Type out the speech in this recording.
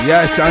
Yes